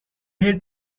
hate